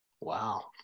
Wow